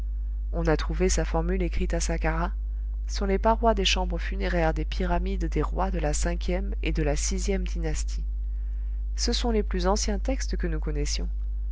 on a trouvé sa formule écrite à sakkarah sur les parois des chambres funéraires des pyramides des rois de la ve et de la vie dynastie ce sont les plus anciens textes que nous connaissions